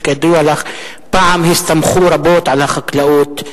שכידוע לך פעם הסתמכו רבות על החקלאות,